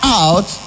out